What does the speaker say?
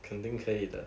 肯定可以的